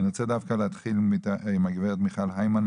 אני רוצה דווקא להתחיל עם הגב' מיכל היימן,